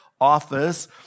office